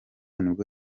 nibwo